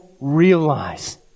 realize